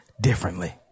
differently